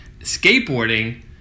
skateboarding